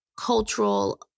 cultural